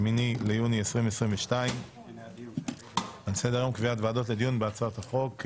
8 ביוני 2022. על סדר היום: קביעת ועדות לדיון בהצעות החוק.